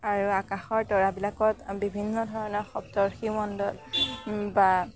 আৰু আকাশৰ তৰাবিলাকত বিভিন্ন ধৰণৰ সপ্তৰ্শী মণ্ডল বা